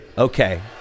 Okay